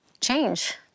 change